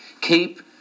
keep